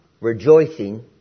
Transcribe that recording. rejoicing